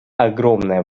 огромное